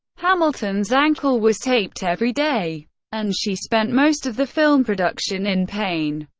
hamilton's ankle was taped every day and she spent most of the film production in pain.